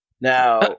Now